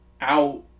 out